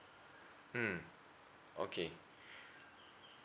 mm okay